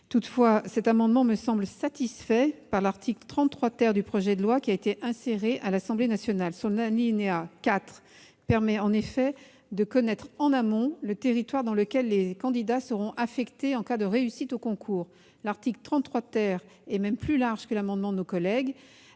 Toutefois, cet amendement me semble satisfait par l'article 33 du projet de loi, inséré dans le texte à l'Assemblée nationale. En effet, l'alinéa 4 de cet article permet de connaître en amont le territoire dans lequel les candidats seront affectés en cas de réussite aux concours. L'article 33 est même plus large que l'amendement de nos collègues,